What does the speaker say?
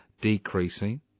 decreasing